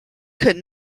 could